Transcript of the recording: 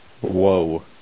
Whoa